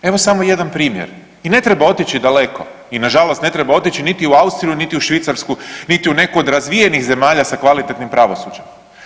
Evo samo jedan primjer i ne treba otići daleko i nažalost ne treba otići niti u Austriju, niti u Švicarsku, niti u neku od razvijenih zemalja sa kvalitetnim pravosuđem.